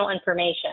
information